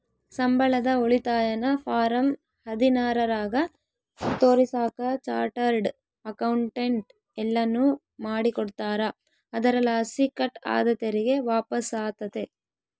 ಸಂಬಳದ ಉಳಿತಾಯನ ಫಾರಂ ಹದಿನಾರರಾಗ ತೋರಿಸಾಕ ಚಾರ್ಟರ್ಡ್ ಅಕೌಂಟೆಂಟ್ ಎಲ್ಲನು ಮಾಡಿಕೊಡ್ತಾರ, ಅದರಲಾಸಿ ಕಟ್ ಆದ ತೆರಿಗೆ ವಾಪಸ್ಸಾತತೆ